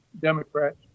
democrats